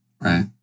Right